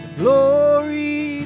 glory